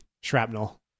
shrapnel